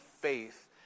faith